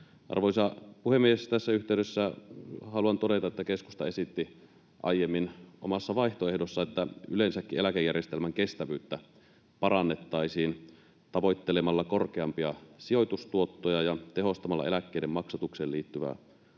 Arvoisa puhemies! Tässä yhteydessä haluan todeta, että keskusta esitti aiemmin omassa vaihtoehdossaan, että yleensäkin eläkejärjestelmän kestävyyttä parannettaisiin tavoittelemalla korkeampia sijoitustuottoja ja tehostamalla eläkkeiden maksatukseen liittyvää hallintoa.